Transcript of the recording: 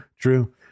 True